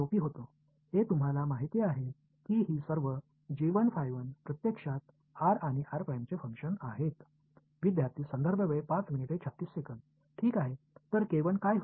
நான் இங்கே கொஞ்சம் சேறும் சகதியுமான இருக்கிறேன் இவைகளெல்லாம் உங்களுக்குத் தெரியும் இவர்களெல்லாம் உண்மையில் r மற்றும் r செயல்பாடுகளை அறிவார்கள்